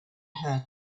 her